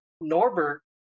Norbert